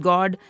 God